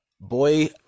boy